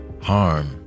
harm